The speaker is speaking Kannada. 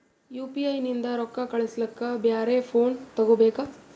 ಯು.ಪಿ.ಐ ನಿಂದ ರೊಕ್ಕ ಕಳಸ್ಲಕ ಬ್ಯಾರೆ ಫೋನ ತೋಗೊಬೇಕ?